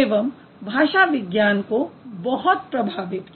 एवं भाषा विज्ञान को बहुत प्रभावित किया